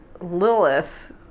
Lilith